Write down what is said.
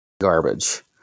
Garbage